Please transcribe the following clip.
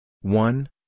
one